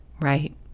Right